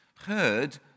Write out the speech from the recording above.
heard